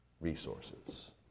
resources